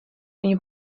viņu